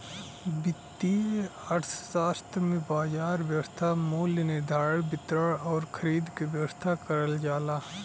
वित्तीय अर्थशास्त्र में बाजार व्यवस्था मूल्य निर्धारण, वितरण आउर खरीद क व्यवस्था करल जाला